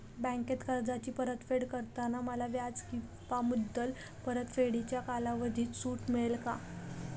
बँकेत कर्जाची परतफेड करताना मला व्याज किंवा मुद्दल परतफेडीच्या कालावधीत सूट मिळेल का?